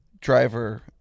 driver